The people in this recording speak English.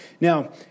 Now